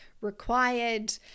required